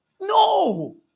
No